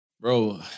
Bro